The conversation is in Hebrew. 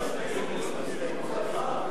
כולל הסתייגות בקריאה שלישית.